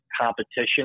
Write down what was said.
competition